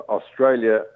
Australia